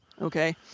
Okay